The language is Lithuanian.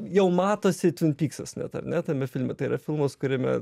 jau matosi tvin pyksas net ar ne tame filme tai yra filmas kuriame